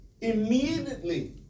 immediately